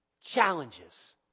Challenges